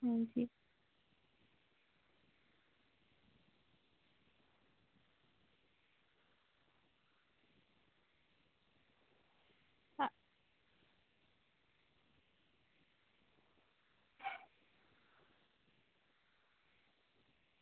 हां जी